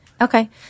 okay